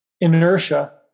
inertia